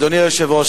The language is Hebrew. אדוני היושב-ראש,